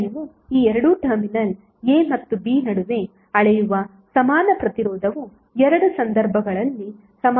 ಈಗ ನೀವು ಈ ಎರಡು ಟರ್ಮಿನಲ್ a ಮತ್ತು b ನಡುವೆ ಅಳೆಯುವ ಸಮಾನ ಪ್ರತಿರೋಧವು ಎರಡೂ ಸಂದರ್ಭಗಳಲ್ಲಿ ಸಮಾನವಾಗಿರುತ್ತದೆ